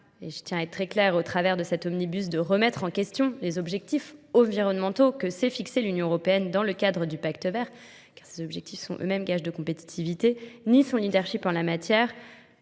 je tiens à être très claire au travers de cet omnibus, de remettre en question les objectifs environnementaux que s'est fixé l'Union européenne dans le cadre du Pacte vert, car ces objectifs sont eux-mêmes gages de compétitivité, ni sont leadership en la matière.